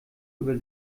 über